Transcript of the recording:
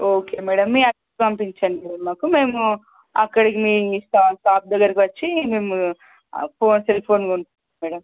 okay madam మీ address పంపించండి మాకు మేము అక్కడికి మీ మీ షాప్ దగ్గరికి వచ్చి మేము ఫోన్ సెల్ ఫోన్ కొనుక్కుంటాము మేడం